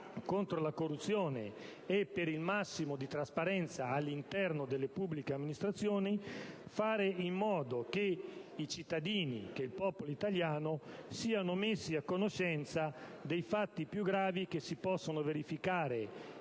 contro la corruzione e per il massimo di trasparenza all'interno della pubblica amministrazione, di fare in modo che i cittadini italiani siano messi a conoscenza dei fatti più gravi che si possono verificare